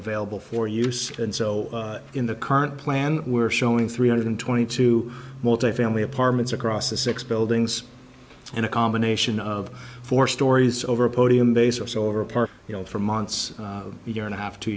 available for use and so in the current plan we're showing three hundred twenty two multifamily apartments across the six buildings and a combination of four stories over a podium base or so over a park you know for months a year and a half two